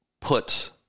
put